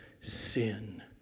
sin